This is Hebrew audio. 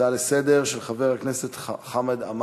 הצעה לסדר-היום מס' 1682 של חבר הכנסת חמד עמאר.